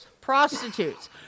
prostitutes